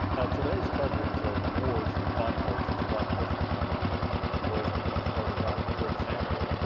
today's coverage of wars, and conflicts, is a lot different than it was when you started out. for example,